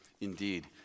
indeed